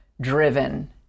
driven